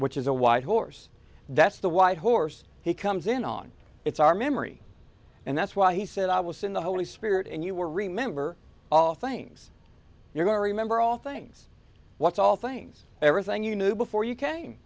which is a white horse that's the white horse he comes in on it's our memory and that's why he said i was in the holy spirit and you will remember all things you're going to remember all things what's all things everything you knew before you came